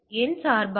என் சார்பாக